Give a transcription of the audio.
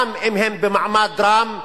גם אם הם במעמד רם,